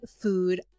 food